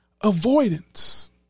avoidance